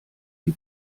die